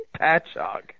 Patchogue